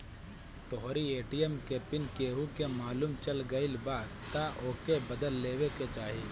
तोहरी ए.टी.एम के पिन केहू के मालुम चल गईल बाटे तअ ओके बदल लेवे के चाही